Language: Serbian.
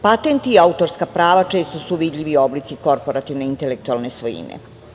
Patenti i autorska prava često su vidljivi oblici korporativne intelektualne svojine.